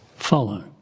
follow